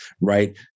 right